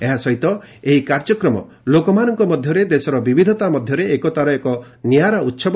ଏହା ସହିତ ଏହି କାର୍ଯ୍ୟକ୍ରମ ଲୋକମାନଙ୍କ ମଧ୍ୟରେ ଦେଶର ବିବିଧତା ମଧ୍ୟରେ ଏକତାର ଏକ ନିଆରା ଉତ୍ସବ